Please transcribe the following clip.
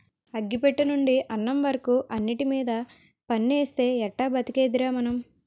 అగ్గి పెట్టెనుండి అన్నం వరకు అన్నిటిమీద పన్నేస్తే ఎట్టా బతికేదిరా మనం?